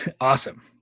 awesome